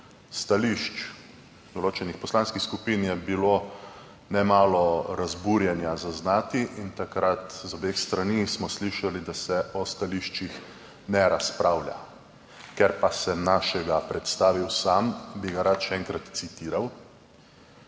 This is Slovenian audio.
stališč določenih poslanskih skupin, je bilo zaznati nemalo razburjenja. Takrat smo z obeh strani slišali, da se o stališčih ne razpravlja, ker pa sem našega predstavil sam, bi ga rad še enkrat citiral.